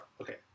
okay